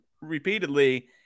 repeatedly